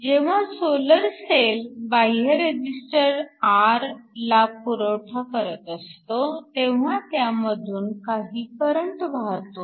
जेव्हा solar cell बाह्य resistor R ला पुरवठा करत असतो तेव्हा त्यामधून काही करंट वाहतो